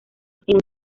centro